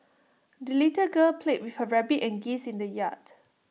the little girl played with her rabbit and geese in the yard